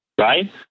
right